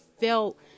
felt